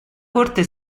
corte